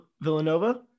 Villanova